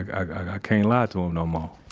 i can't lie to him no more